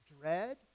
dread